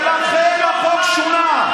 לכן החוק שונה,